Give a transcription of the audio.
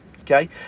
okay